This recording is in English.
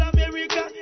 America